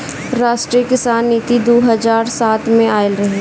राष्ट्रीय किसान नीति दू हज़ार सात में आइल रहे